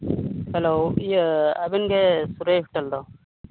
hello ᱤᱭᱟᱹ ᱟᱹᱵᱤᱱ ᱜᱮ ᱥᱩᱨᱟᱹᱭ ᱦᱳᱴᱮᱞ ᱫᱚ